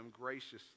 graciously